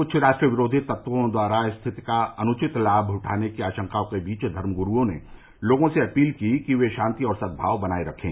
कुछ राष्ट्र विरोधी तत्वों द्वारा स्थिति का अनुचित लाभ उठाने की आशंकाओं के बीच धर्म ग्रूओं ने लोगों से अपील की कि वे शांति और सदभाव बनाये रखें